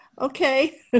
Okay